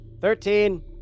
Thirteen